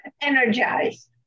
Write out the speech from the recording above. energized